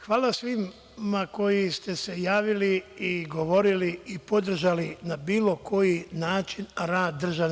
Hvala svima koji ste se javili i govorili i podržali na bilo koji način rad DRI.